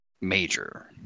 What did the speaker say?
major